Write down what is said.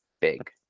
big